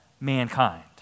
mankind